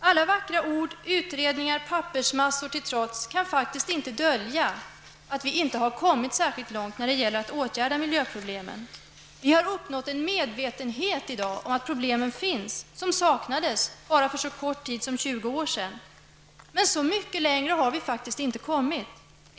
Alla vackra ord, utredningar och pappersmassor kan faktiskt inte dölja att vi inte har kommit särskilt långt när det gäller att åtgärda miljöproblemen. Vi har uppnått en medvetenhet om att problemen finns. Denna medvetenhet saknades för bara 20 år sedan, men så mycket längre har vi faktiskt inte kommit.